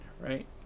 right